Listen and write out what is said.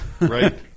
right